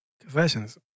Confessions